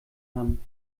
haben